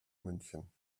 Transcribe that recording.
münchen